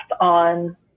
on